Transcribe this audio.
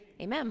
Amen